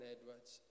Edwards